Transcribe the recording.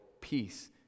peace